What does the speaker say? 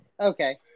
Okay